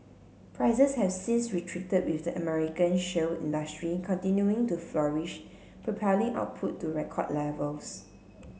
prices have since retreated with the American shale industry continuing to flourish propelling output to record levels